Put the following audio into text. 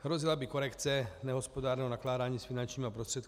Hrozila by korekce nehospodárného nakládání s finančními prostředky.